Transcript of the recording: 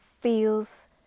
feels